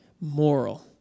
Moral